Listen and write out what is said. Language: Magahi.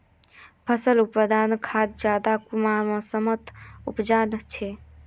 फसल उत्पादन खाद ज्यादा कुंडा मोसमोत उपजाम छै?